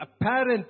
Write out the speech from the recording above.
apparent